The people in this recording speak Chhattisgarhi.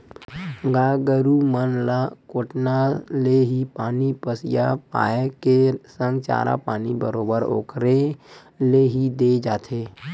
गाय गरु मन ल कोटना ले ही पानी पसिया पायए के संग चारा पानी बरोबर ओखरे ले ही देय जाथे